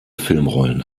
filmrollen